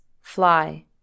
Fly